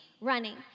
running